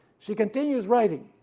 she continues writing,